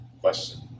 question